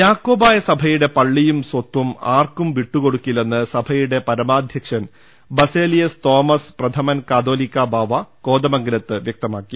യാക്കോബായ സഭയുടെ പള്ളിയും സ്വത്തും ആർക്കും വിട്ടു കൊടുക്കില്ലെന്ന് സഭയുടെ പരമാധ്യക്ഷൻ ബ്സേലിയോസ് തോമസ് പ്രഥമൻ കാതോലിക്കാ ബാവ കോതമംഗലത്ത് വൃക്ത മാക്കി